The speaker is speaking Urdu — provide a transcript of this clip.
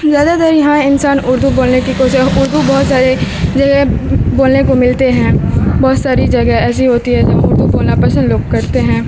زیادہ تر یہاں انسان اردو بولنے کی کوشش اردو بہت ساری جگہ بولنے کو ملتے ہیں بہت ساری جگہ ایسی ہوتی ہے جب اردو بولنا پسند لوگ کرتے ہیں